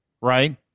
right